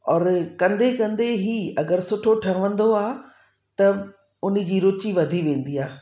और कंदे कंदे ई अगरि सुठो ठहंदो आहे त उन जी रुचि वधी वेंदी आहे